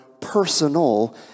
personal